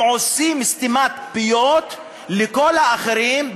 הם עושים סתימת פיות לכל האחרים,